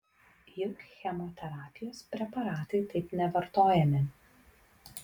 juk chemoterapijos preparatai taip nevartojami